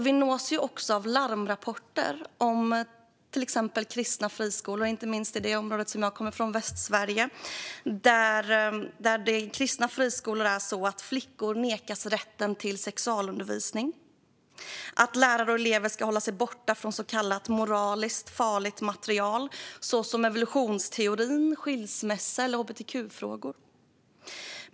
Vi nås av larmrapporter om till exempel kristna friskolor, inte minst i det område som jag kommer från, Västsverige. I dessa kristna friskolor är det så att flickor nekas rätt till sexualundervisning och att lärare och elever ska hålla sig borta från så kallat moraliskt farligt material såsom evolutionsteorin, skilsmässor och hbtq-frågor.